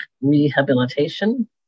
rehabilitation